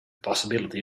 possibility